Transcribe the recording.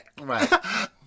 Right